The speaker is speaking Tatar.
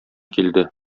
килде